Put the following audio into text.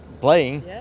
playing